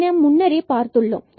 இதை நாம் முன்னரே பார்த்துள்ளோம்